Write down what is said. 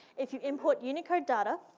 if you input unicode data,